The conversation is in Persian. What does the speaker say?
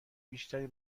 بیشتری